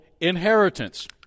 inheritance